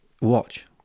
watch